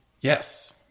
Yes